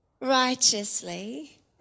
righteously